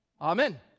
Amen